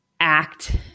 act